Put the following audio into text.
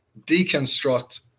deconstruct